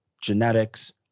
genetics